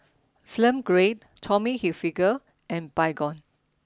Film Grade Tommy Hilfiger and Baygon